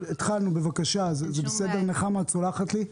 את סולחת לי?